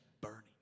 burning